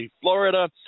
Florida